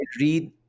read